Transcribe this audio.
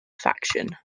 faction